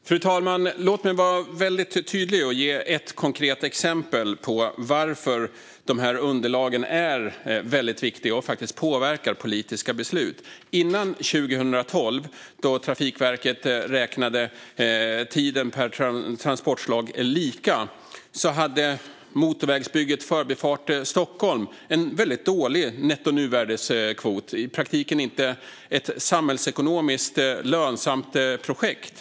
Fru talman! Låt mig vara väldigt tydlig och ge ett konkret exempel på varför underlagen är väldigt viktiga och faktiskt påverkar politiska beslut. Före 2012, då Trafikverket räknade tiden per transportslag lika, hade motorvägsbygget Förbifart Stockholm en väldigt dålig nettonuvärdeskvot - det var i praktiken inte ett samhällsekonomiskt lönsamt projekt.